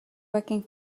working